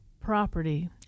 property